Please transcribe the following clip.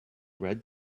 red